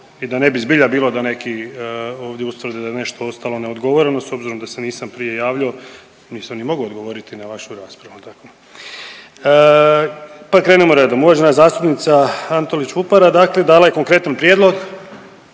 i da ne bi zbilja bilo da neki ovdje ustvrde da je nešto ostalo neodgovoreno s obzirom da se nisam prije javljao, nisam ni mogao odgovoriti na vašu raspravu onda. Pa krenimo redom, uvažena zastupnica Antolić Vupora dakle dala je konkretan prijedlog